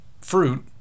Fruit